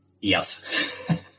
Yes